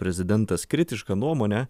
prezidentas kritišką nuomonę